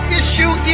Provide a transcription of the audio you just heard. issue